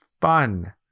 fun